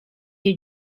you